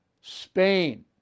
Spain